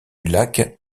lac